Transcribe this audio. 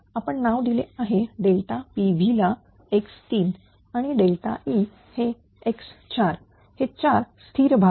आपण नाव दिले आहे PV ला x3 आणि E हे x4 हे 4 स्थिर भाग